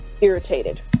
irritated